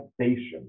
Station